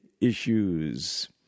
issues